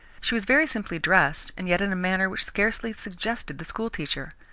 she was very simply dressed and yet in a manner which scarcely suggested the school-teacher.